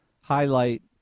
highlight